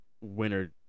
winner